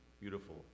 beautiful